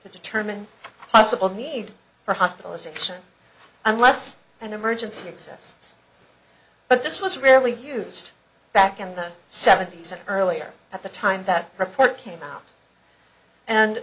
determine possible need for hospitalization unless an emergency exists but this was rarely used back in the seventy's and earlier at the time that report came out and